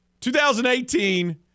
2018